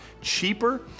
cheaper